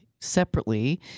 separately